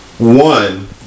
One